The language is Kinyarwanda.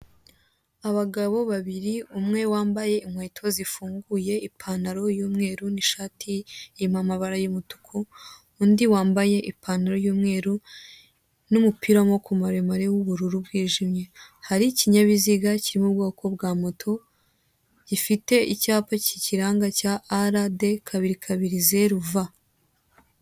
Abagabo babiri umwe wambaye inkweto zifunguye, ipantalo y'umweru n'ishati irimo amabara y'umutuku undi wambaye ipantalo y'umweru n'umupira w'amaboko maremare w'ubururu bwijimye, hari ikinyabiziga kiri mu boko bwa moto gifite icyapa kikiranga cya RD kabiri kabiri zeru V.